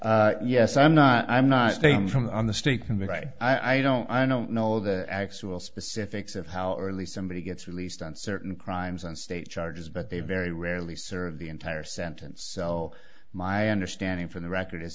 release yes i'm not i'm not from the state can be right i don't i don't know the actual specifics of how early somebody gets released on certain crimes and state charges but they very rarely serve the entire sentence so my understanding from the record is